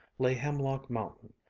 lay hemlock mountain,